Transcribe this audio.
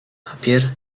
papier